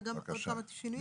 וגם הוספנו עוד כמה שינויים.